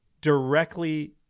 directly